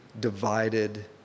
divided